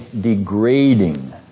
degrading